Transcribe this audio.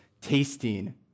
tasting